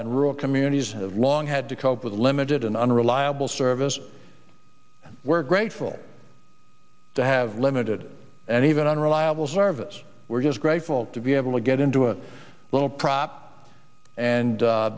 and rural communities have long had to cope with limited and unreliable service were grateful to have limited and even unreliable service just grateful to be able to get into a little